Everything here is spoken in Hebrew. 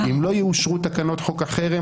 אם לא יאושרו תקנות חוק החרם,